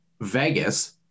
Vegas